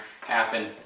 happen